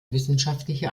wissenschaftliche